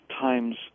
times